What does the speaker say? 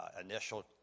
initial